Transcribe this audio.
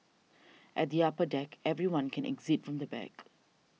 at the upper deck everyone can exit from the back